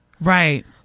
Right